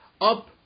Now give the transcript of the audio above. up